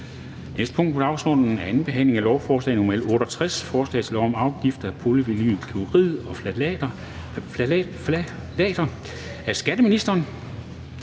næste punkt på dagsordenen er: 31) 2. behandling af lovforslag nr. L 68: Forslag til lov om afgift af polyvinylklorid og ftalater (pvc-afgiftsloven).